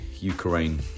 Ukraine